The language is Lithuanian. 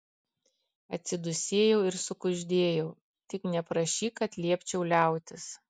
atsidūsėjau ir sukuždėjau tik neprašyk kad liepčiau liautis